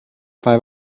five